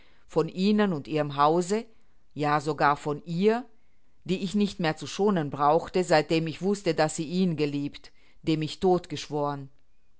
von ihnen und ihrem hause ja sogar von ihr die ich nicht mehr zu schonen brauchte seit dem ich wußte daß sie ihn geliebt dem ich tod geschworen